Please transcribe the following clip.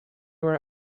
where